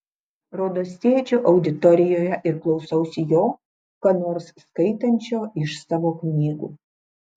rodos sėdžiu auditorijoje ir klausausi jo ką nors skaitančio iš savo knygų